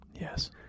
Yes